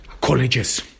colleges